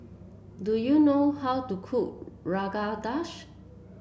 do you know how to cook Rogan Josh